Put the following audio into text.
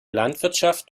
landwirtschaft